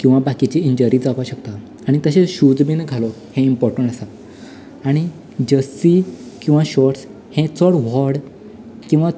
किंवा बाकीचें इंजरी जावपाक शकता आनी तशेंच शूज बीन घालप हें इंर्पोटंट आसा आनी जर्सी किंवा शोर्टस हें चड व्हड किंवा